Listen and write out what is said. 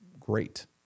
great